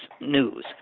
News